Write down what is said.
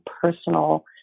personal